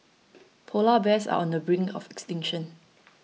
Polar Bears are on the brink of extinction